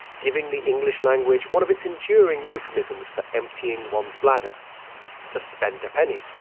giving the english language one of its enduring euphemisms for emptying one's bladder to spend a penny